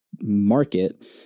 Market